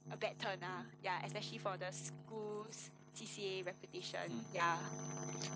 mm